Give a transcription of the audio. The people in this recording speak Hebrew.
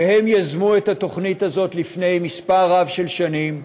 שהם יזמו את התוכנית הזאת לפני כמה שנים,